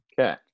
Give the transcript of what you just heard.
Okay